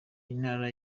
intara